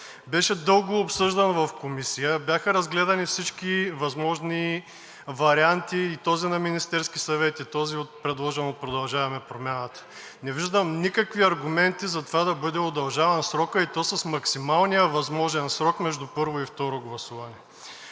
Беше дълго обсъждан в Комисията. Бяха разгледани всички възможни варианти и този на Министерския съвет, и този, предложен от „Продължаваме Промяната“. Не виждам никакви аргументи за това да бъде удължаван срокът, и то с максималния възможен срок между първо и второ гласуване.